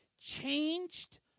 changed